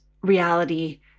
reality